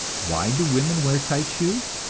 why do women wear tight shoes?